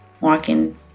walking